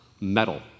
metal